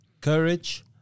courage